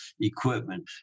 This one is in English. equipment